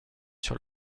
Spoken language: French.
sur